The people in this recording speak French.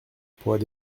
poids